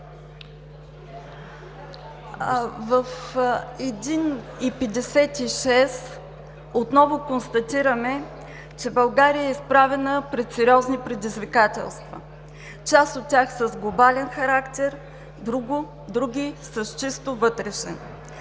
В 01,56 ч. отново констатираме, че България е изправена пред сериозни предизвикателства. Част от тях са с глобален характер, други – с чисто вътрешен.